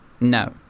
No